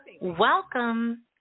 Welcome